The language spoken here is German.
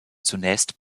zunächst